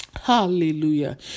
Hallelujah